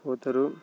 పోతారు